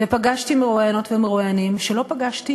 ופגשתי מרואיינות ומרואיינים שלא פגשתי